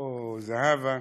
או זהבה.